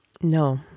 No